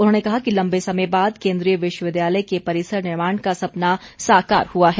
उन्होंने कहा कि लम्बे समय बाद केन्द्रीय विश्वविद्यालय के परिसर निर्माण का सपना साकार हुआ है